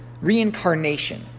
reincarnation